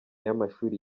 y’amashuri